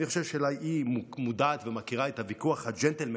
אני חושב שאולי היא מודעת ומכירה את הוויכוח הג'נטלמני,